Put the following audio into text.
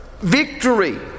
victory